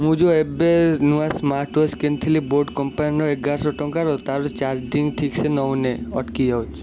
ମୁଁ ଯେଉଁ ଏବେ ନୂଆ ସ୍ମାର୍ଟୱାଚ କିଣିଥିଲି ବୋଟ କମ୍ପାନୀର ଏଗାରଶହ ଟଙ୍କାର ତାର ଚାରଜିଙ୍ଗ ଠିକ୍ ସେ ନଉନାହିଁ ଅଟକି ଯାଉଛି